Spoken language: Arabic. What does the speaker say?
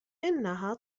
إنها